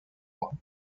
mois